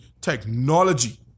technology